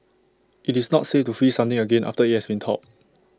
IT is not safe to freeze something again after IT has thawed